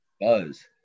Buzz